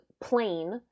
plain